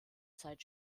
zeit